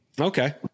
okay